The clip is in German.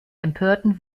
empörten